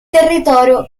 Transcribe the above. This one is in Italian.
territorio